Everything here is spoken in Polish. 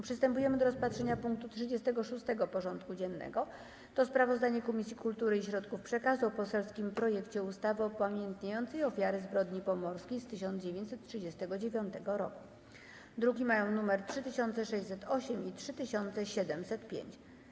Przystępujemy do rozpatrzenia punktu 36. porządku dziennego: Sprawozdanie Komisji Kultury i Środków Przekazu o poselskim projekcie uchwały upamiętniającej ofiary zbrodni pomorskiej z 1939 r. (druki nr 3608 i 3705)